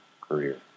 career